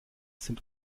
sind